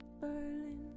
Berlin